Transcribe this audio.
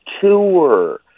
tour